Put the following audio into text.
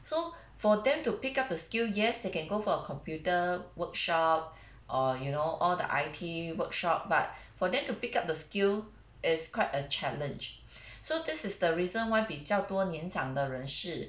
so for them to pick up the skill yes they can go for a computer workshop or you know all the I_T workshop but for them to pick up the skill is quite a challenge so this is the reason why 比较多年长的人士